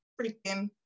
freaking